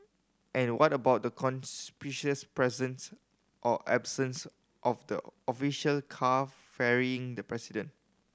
and what about the conspicuous presence or absence of the official car ferrying the president